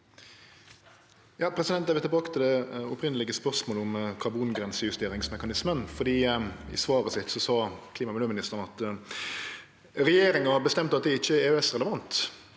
Eg vil tilbake til det opphavlege spørsmålet om karbongrensejusteringsmekanismen, for i svaret sitt sa klima- og miljøministeren at regjeringa har bestemt at det ikkje er EØSrelevant.